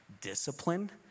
Discipline